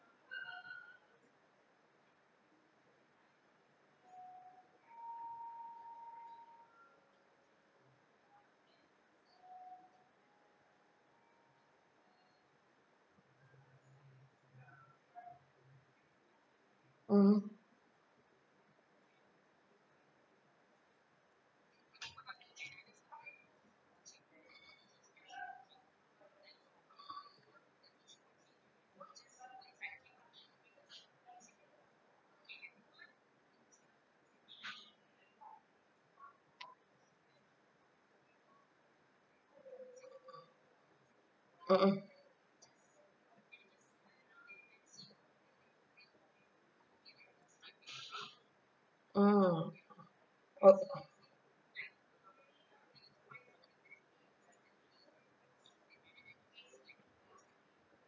mm mmhmm mm